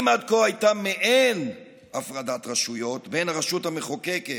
אם עד כה הייתה מעין הפרדת רשויות בין הרשות המחוקקת,